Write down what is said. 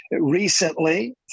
Recently